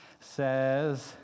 says